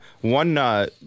One